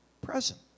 present